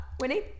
Winnie